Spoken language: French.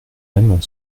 même